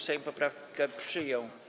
Sejm poprawkę przyjął.